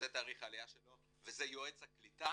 זה תאריך העלייה שלו וזה יועץ הקליטה